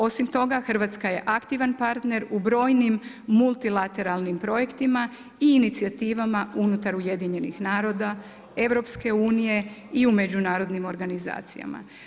Osim toga, Hrvatska je aktivan partner u brojnim multilateralnim projektima i inicijativama unutar UN-a, Europske unije i u međunarodnim organizacijama.